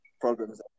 problems